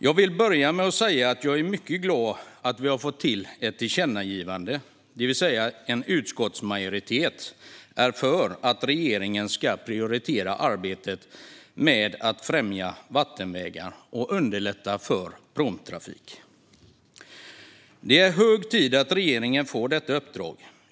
Jag vill börja med att säga att jag är mycket glad över att vi har fått till ett tillkännagivande, det vill säga att en utskottsmajoritet är för att regeringen ska prioritera arbetet med att främja vattenvägar och underlätta för pråmtrafik. Det är hög tid att regeringen får detta uppdrag.